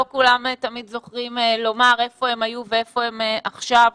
כולם תמיד זוכרים לומר איפה הם היו ואיפה הם עכשיו,